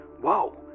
whoa